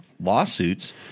lawsuits